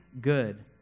good